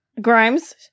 Grimes